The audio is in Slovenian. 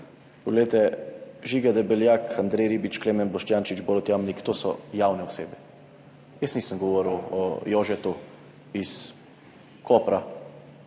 Poglejte, Žiga Debeljak, Andrej Ribič, Klemen Boštjančič, Borut Jamnik, to so javne osebe. Jaz nisem govoril o Jožetu iz Kopra,